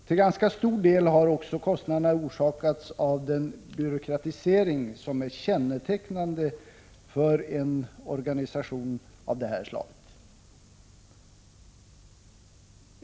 Till ganska stor del har också kostnaderna orsakats av den byråkratisering som är kännetecknande för en organisation av detta slag.